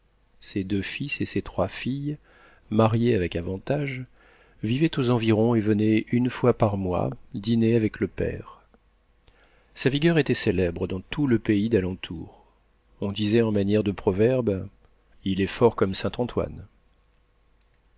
ses deux fils et ses trois filles mariés avec avantage vivaient aux environs et venaient une fois par mois dîner avec le père sa vigueur était célèbre dans tout le pays d'alentour on disait en manière de proverbe il est fort comme saint-antoine